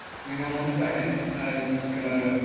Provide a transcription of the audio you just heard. hang on one second, i was just gonna,